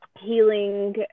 healing